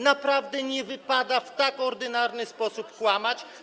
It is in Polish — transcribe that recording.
Naprawdę nie wypada w tak ordynarny sposób kłamać.